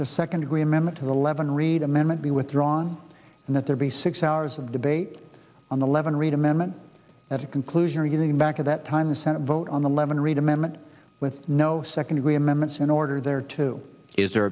the second degree amendment eleven read amendment be withdrawn and that there be six hours of debate on the levin reid amendment at a conclusion and getting back to that time the senate vote on the levin reid amendment with no second degree amendments in order there to is their